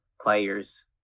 players